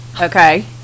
okay